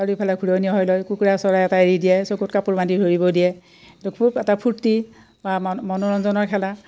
চাৰিওফালে ঘূৰণীয়া হৈ লয় কুকুৰা চৰাই এটা এৰি দিয়ে চকুত কাপোৰ বান্ধি ধৰিব দিয়ে খুব এটা ফূৰ্তি বা ম মনোৰঞ্জনৰ খেলা